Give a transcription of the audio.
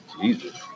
jesus